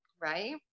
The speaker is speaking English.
Right